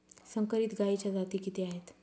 संकरित गायीच्या जाती किती आहेत?